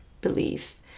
belief